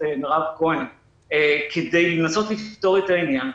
מירב כהן כדי לנסות לפתור את העניין,